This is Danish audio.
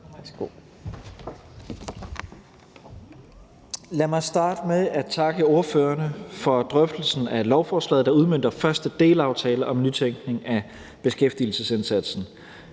Lad mig starte med at takke ordførerne for drøftelsen af lovforslaget, der udmønter »Første delaftale om nytænkning af beskæftigelsesindsatsen«.